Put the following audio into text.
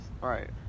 Right